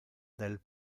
del